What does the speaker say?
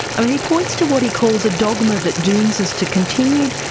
i mean he points to what he calls a dogma that dooms us to continued,